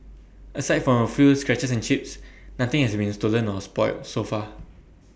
aside from A few scratches and chips nothing has been stolen or spoilt so far